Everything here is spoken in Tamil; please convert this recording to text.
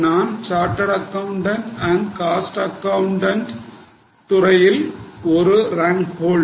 நான் பட்டய கணக்காளர் மற்றும் செலவு கணக்காளர் துறையில் ஒரு தரவரிசை வைத்திருப்பவர்